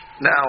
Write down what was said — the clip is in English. Now